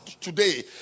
today